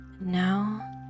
Now